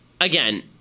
again